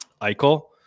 Eichel